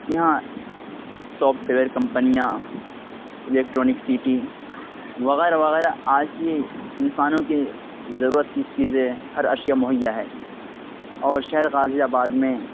کہ یہاں سافٹویر کمپنیاں الکٹرانک سٹی وغیرہ وغیرہ آج کے انسانوں کے ضرورت کی چیزیں ہر اشیا مہیا ہے اور شہر غازی آباد میں